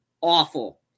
Awful